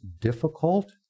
difficult